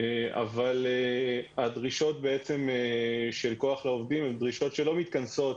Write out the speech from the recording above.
אבל הדרישות של כוח לעובדים הן דרישות שלא מתכנסות,